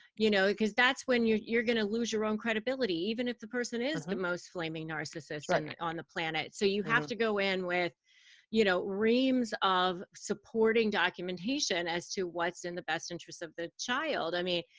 you know because that's when you're going to lose your own credibility, even if the person is the most flaming narcissist on on the planet. so you have to go in with you know reams of supporting documentation as to what's in the best interest of the child. i mean,